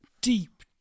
deep